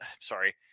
sorry